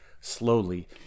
Slowly